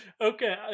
Okay